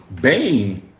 Bane